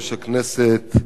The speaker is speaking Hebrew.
יושב-ראש הכנסת,